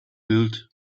build